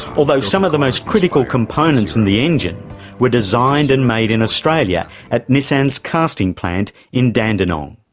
although some of the most critical components in the engine were designed and made in australia at nissan's casting plant in dandenong.